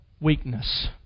weakness